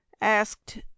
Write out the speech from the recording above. asked